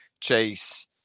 chase